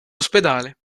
ospedale